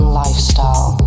lifestyle